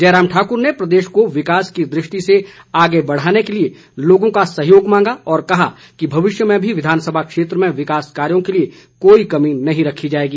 जयराम ठाकुर ने प्रदेश को विकास की दृष्टि से आगे बढ़ाने के लिए लोगों का सहयोग मांगा और कहा कि भविष्य में भी विधानसभा क्षेत्र में विकास कार्यों के लिए कोई कमी नहीं रखी जाएगी